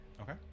Okay